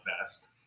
best